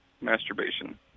masturbation